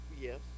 Yes